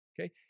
Okay